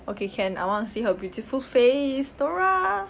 okay I want to see her beautiful face nora